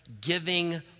giving